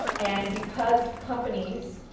and because companies,